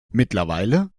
mittlerweile